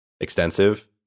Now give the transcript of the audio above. extensive